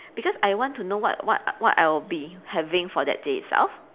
because I want to know what what what I will be having for that day itself